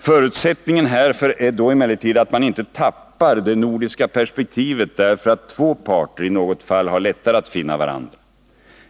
Förutsättningen härför är då emellertid att man inte tappar det nordiska perspektivet därför att två parter i något fall har lättare att finna varandra.